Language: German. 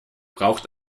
braucht